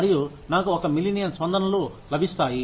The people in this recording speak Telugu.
మరియు నాకు ఒక మిలియన్ స్పందనలు లభిస్తాయి